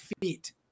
feet